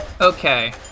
Okay